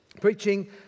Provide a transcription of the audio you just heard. Preaching